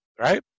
right